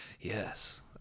Yes